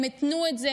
הם התנו את זה